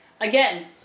Again